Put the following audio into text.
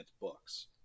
books